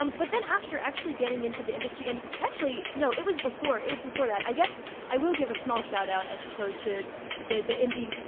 um but then after actually getting into the industry and. actually, no, it was before, it was before that. i guess i will give a small shout out, i suppose, to the indie,